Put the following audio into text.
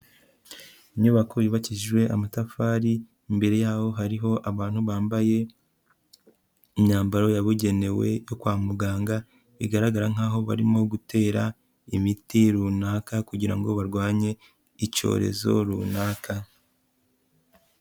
Inyubako yubakishijwe amatafari, imbere yaho hariho abantu bambaye imyambaro yabugenewe yo kwa muganga, bigaragara nkaho barimo gutera imiti runaka kugira ngo barwanye icyorezo runaka.